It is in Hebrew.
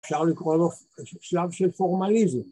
אפשר לקרוא לו שלב ש פורמליזם